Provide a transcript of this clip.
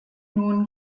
nun